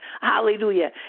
hallelujah